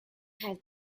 have